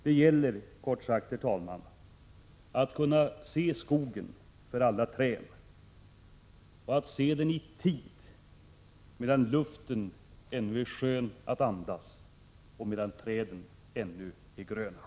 Det gäller kort sagt, herr talman, att kunna se skogen för alla träd och att se den i tid medan luften ännu är skön att andas och medan träden ännu är gröna.